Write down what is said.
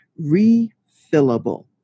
refillable